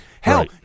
Hell